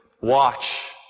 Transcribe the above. watch